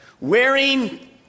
wearing